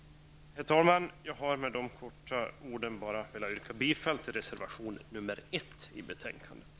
Herr talman! Jag vill med dessa få ord yrka bifall till reservation 1 vid betänkandet.